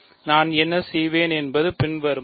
நான் என்ன செய்வேன் என்பது பின்வருமாறு